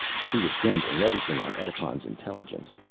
he was gambling everything on edipon's intelligence,